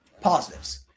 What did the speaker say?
positives